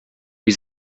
wie